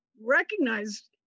recognized